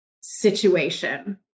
situation